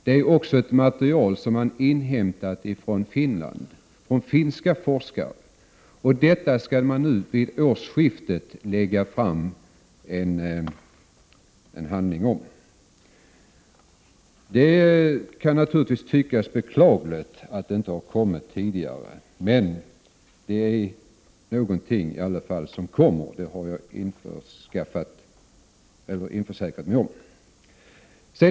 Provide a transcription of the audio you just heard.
Det finns också ett material som man har hämtat från finska forskare. Om detta skall man till årsskiftet lägga fram en rapport. Det kan naturligtvis tyckas beklagligt att detta inte har kommit tidigare, men det är i alla fall något som kommer — det har jag försäkrat mig om.